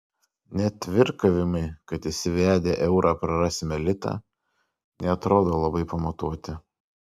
net virkavimai kad įsivedę eurą prarasime litą neatrodo labai pamatuoti